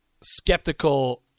skeptical